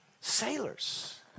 Sailors